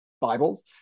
Bibles